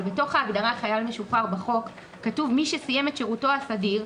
אבל בתוך ההגדרה של חייל משוחרר בחוק כתוב: מי שסיים את שירותו הסדיר,